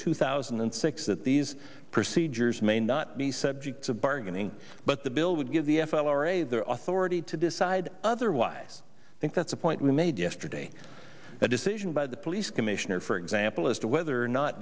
two thousand and six that these procedures may not be subject to bargaining but the bill would give the f l i r a their authority to decide otherwise i think that's a point we made yesterday a decision by the police commissioner for example as to whether or not